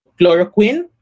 chloroquine